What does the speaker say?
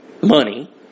money